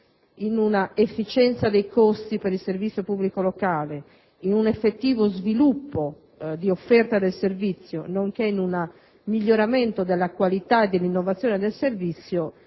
in un'efficienza dei costi per il servizio pubblico locale, in un effettivo sviluppo di offerta del servizio, nonché in un miglioramento della qualità e dell'innovazione dello